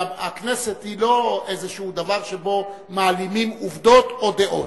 הכנסת היא לא איזה דבר שבו מעלימים עובדות או דעות.